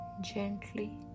gently